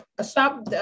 stop